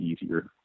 easier